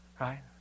right